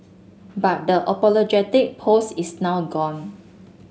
but the apologetic post is now gone